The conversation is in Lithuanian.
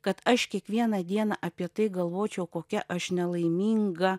kad aš kiekvieną dieną apie tai galvočiau kokia aš nelaiminga